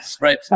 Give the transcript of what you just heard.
right